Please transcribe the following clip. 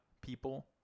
people